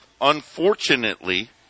unfortunately